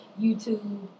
YouTube